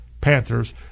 panthers